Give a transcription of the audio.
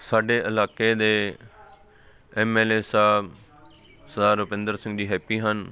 ਸਾਡੇ ਇਲਾਕੇ ਦੇ ਐਮ ਐਲ ਏ ਸਾਹਿਬ ਸਰਦਾਰ ਰੁਪਿੰਦਰ ਸਿੰਘ ਜੀ ਹੈਪੀ ਹਨ